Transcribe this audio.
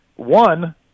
One